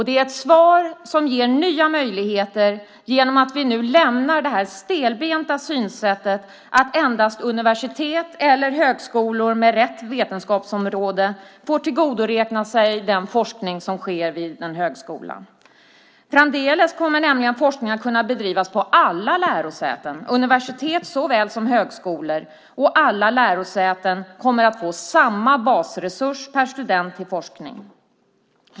Det är ett svar som ger nya möjligheter genom att vi nu lämnar det stelbenta synsättet att endast universitet, eller högskolor med rätt vetenskapsområde, får tillgodoräkna sig den forskning som sker vid en högskola. Framdeles kommer nämligen forskningen att kunna bedrivas på alla lärosäten, universitet såväl som högskolor, och alla lärosäten kommer att få samma basresurs per student till forskning.